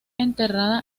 enterrada